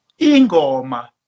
Ingoma